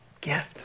gift